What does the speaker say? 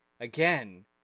again